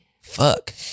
Fuck